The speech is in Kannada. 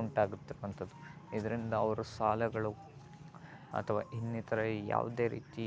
ಉಂಟಾಗುತ್ತಿರುವಂಥದ್ದು ಇದರಿಂದ ಅವರ ಸಾಲಗಳು ಅಥವಾ ಇನ್ನಿತರ ಯಾವುದೇ ರೀತಿ